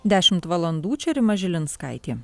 dešimt valandų čia rima žilinskaitė